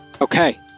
Okay